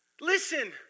listen